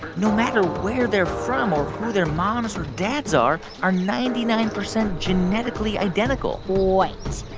no matter where they're from, or who their moms or dads are, are ninety nine percent genetically identical wait,